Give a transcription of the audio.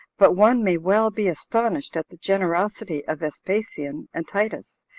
but one may well be astonished at the generosity of vespasian and titus,